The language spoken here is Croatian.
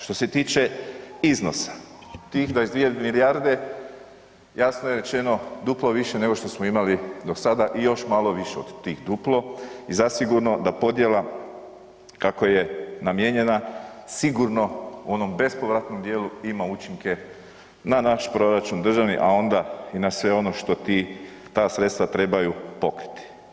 Što se tiče iznosa, tih 22 milijarde jasno je rečeno duplo više nego što smo imali do sada i još malo više od tih duplo i zasigurno da podjela kako je namijenjena sigurno u onom bespovratnom dijelu ima učinke na naš proračun državni, a onda i na sve ono što ti, ta sredstava trebaju pokriti.